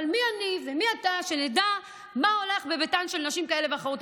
אבל מי אני ומי אתה שנדע מה הולך בביתן של נשים כאלה ואחרות.